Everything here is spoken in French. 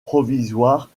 provisoire